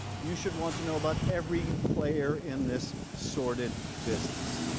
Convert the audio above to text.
you should want to know about every player in this sordid business.